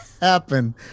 happen